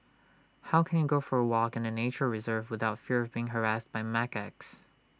how can you go for A walk in A nature reserve without fear of being harassed by macaques